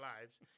lives